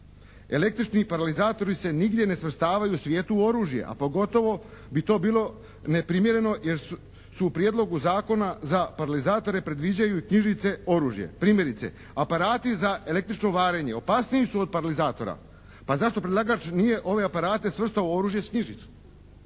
Električni paralizatori se nigdje ne svrstavaju u svijetu u oružje, a pogotovo bi to bilo neprimjereno jer su u prijedlogu zakona za paralizatore predviđaju i knjižice oružje. Primjerice, aparati za električno varenje opasniji su od paralizatora. Pa zašto predlagač nije ove aparate svrstao u oružje uz knjižicu?